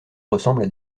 ressemblent